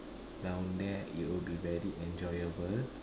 down there it would be very enjoyable